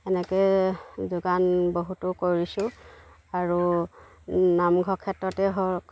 এনেকৈ যোগান বহুতো কৰিছোঁ আৰু নামঘৰৰ ক্ষেত্ৰতে হওক